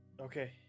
Okay